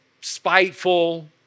spiteful